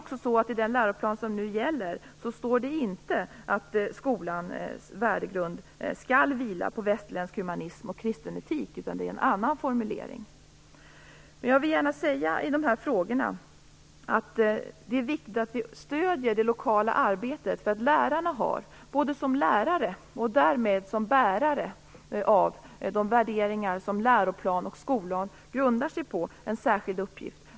I den läroplan som nu gäller står det inte att skolans värdegrund skall vila på västerländska humanism och kristen etik, utan det är en annan formulering. När det gäller dessa frågor vill jag gärna säga att det är viktigt att vi stöder det lokala arbetet. Lärarna har, både som lärare och därmed som bärare av de värderingar som läroplan och skollag grundar sig på, en särskild uppgift.